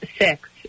six